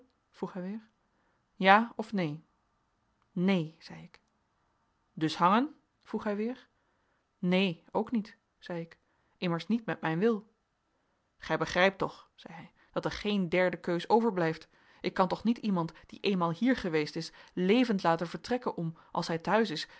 ja of neen neen zei ik dus hangen vroeg hij weer neen ook niet zei ik immers niet met mijn wil gij begrijpt toch zei hij dat er geen derde keus overblijft ik kan toch niet iemand die eenmaal hier geweest is levend laten vertrekken om als hij te huis is